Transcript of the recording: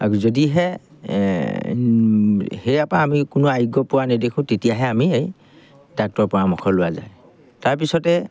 আৰু যদিহে সেয়াৰপৰা আমি কোনো আৰোগ্য পোৱা নেদেখোঁ তেতিয়াহে আমি এই ডাক্টৰৰ পৰামৰ্শ লোৱা যায় তাৰপিছতে